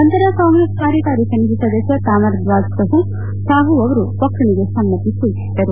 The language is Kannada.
ನಂತರ ಕಾಂಗ್ರೆಸ್ ಕಾರ್ಯಕಾರಿ ಸಮಿತಿ ಸದಸ್ಯ ತಾಮರ್ ದ್ವಾಜ್ ಸಾಹು ಅವರು ಒಕ್ಕಣಿಗೆ ಸಮ್ಮತಿ ಸೂಚಿಸಿದರು